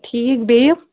ٹھیٖک بیٚیہِ